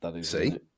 see